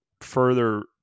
further